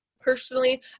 personally